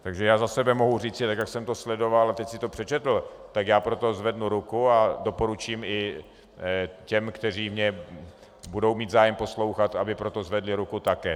Takže já za sebe mohu říci, jak jsem to tak sledoval a teď si to přečetl, já pro to zvednu ruku a doporučím i těm, kteří mě budou mít zájem poslouchat, aby pro to zvedli ruku také.